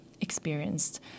experienced